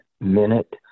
minute